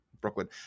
Brooklyn